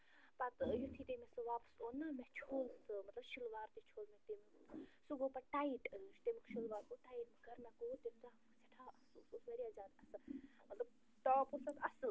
پتہٕ یُتھٕے تٔمۍ سُہ واپس اوٚن نا مےٚ چھوٚل سُہ مطلب شٕلوار تہِ چھوٚل مےٚ تَمیُک سُہ گوٚو پتہٕ ٹایِٹ تَمیُک شٕلوار گوٚو ٹایِٹ مگر مےٚ گوٚو تیٚمہِ دۄہ سٮ۪ٹھاہ افسوٗس سُہ اوس وارِیاہ زیادٕ اصٕل مطلب ٹاپ اوس تتھ اصٕل